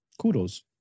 Kudos